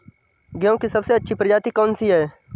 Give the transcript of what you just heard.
गेहूँ की सबसे अच्छी प्रजाति कौन सी है?